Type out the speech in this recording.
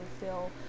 feel